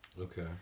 Okay